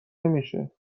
نمیشه